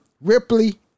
Ripley